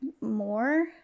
more